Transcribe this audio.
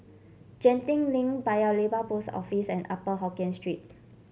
Genting Link Paya Lebar Post Office and Upper Hokkien Street